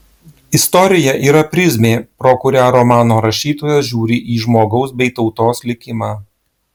istorija yra prizmė pro kurią romano rašytojas žiūri į žmogaus bei tautos likimą